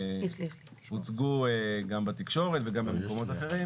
ושהוצגו גם בתקשורת וגם במקומות אחרים